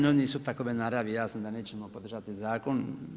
No, nisu takove naravi, jasno da nećemo podržati zakon.